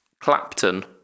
clapton